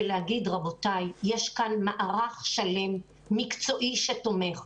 ולהגיד: רבותיי, יש כאן מערך שלם מקצועי שתומך.